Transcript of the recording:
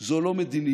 זה לא מדיניות,